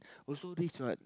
also this right